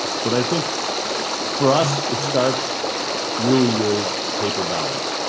but i think for us, it starts really with paper ballot.